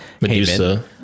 Medusa